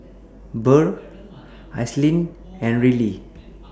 Burr Ashlynn and Ryley